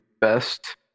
best